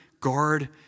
guard